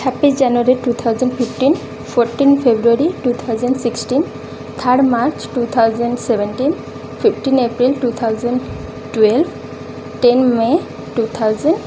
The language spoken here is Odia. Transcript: ଛବିଶ January two thousand fifteen fourteen February two thousand sixteen third March two thousand seventeen fifteen April two thousand twelve ten May two thousand